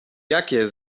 jakie